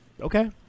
Okay